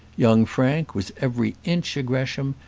young frank was every inch a gresham,